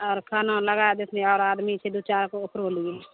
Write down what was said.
आओर खाना लगाए देथिन आओर आदमी छै दू चारि गो ओकरो लिए